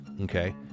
Okay